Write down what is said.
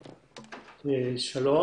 שלום.